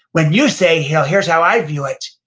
when you say, hell, here's how i view it,